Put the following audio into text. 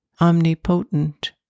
omnipotent